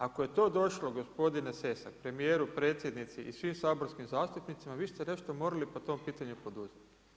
Ako je to došlo gospodine Sessa premijeru, predsjednici i svim saborskim zastupnicima vi ste nešto morali po tom pitanju poduzeti.